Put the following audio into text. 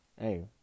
Hey